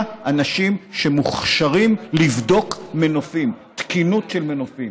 אנשים שמוכשרים לבדוק תקינות של מנופים.